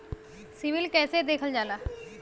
CIBIL कैसे देखल जाला?